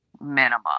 minimum